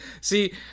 See